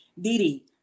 Didi